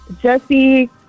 Jesse